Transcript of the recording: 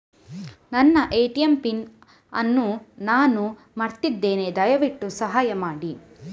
ನನ್ನ ATM pin ಅನ್ನು ನಾನು ಮರ್ತಿದ್ಧೇನೆ, ದಯವಿಟ್ಟು ಸಹಾಯ ಮಾಡಿ